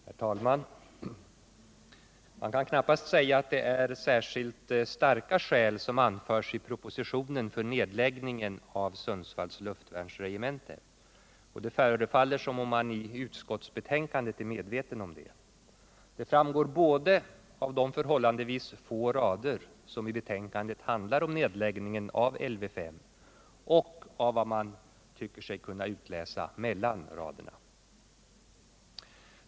Herr talman! Det kan knappast sägas vara särskilt starka skäl som anförts i propositionen för nedläggningen av Sundsvalls luftvärnsregemente, och det förefaller som om man i utskottsbetänkandet är medveten om det. Det framgår både av de förhållandevis få rader som i betänkandet handlar om nedläggningen av Lv 5 och av vad man tycker sig kunna utläsa mellan raderna.